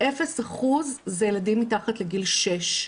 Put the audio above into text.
0% זה ילדים מתחת לגיל שש.